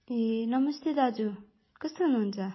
ए नमस्ते दाजु कस्तो हुनुहुन्छ